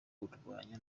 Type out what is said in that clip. kurwanya